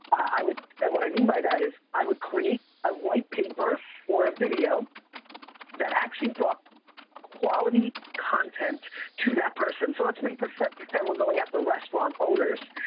i would and what i mean by that is i would create a white paper or a video that actually brought quality content to that person. so let's make pretend pretend we're going at the restaurant owner.